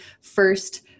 first